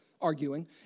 arguing